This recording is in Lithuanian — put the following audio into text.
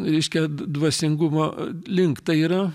reiškia d dvasingumo link tai yra